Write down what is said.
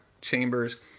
chambers